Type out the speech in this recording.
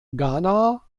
ghana